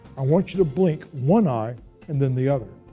i want you to blink one eye and then the other.